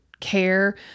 care